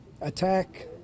attack